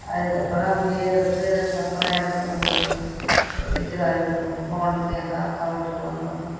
அதுக்கப்புறம் அங்கேயே இருந்து அதுக்கப்புறம் எனக்கு எங்கள் வீட்டுக்காரர் இங்கே கும்பகோணத்துக்கு எங்கள் அக்கா வீட்டுக்கு வந்திருந்தோம்